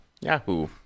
Yahoo